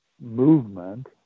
movement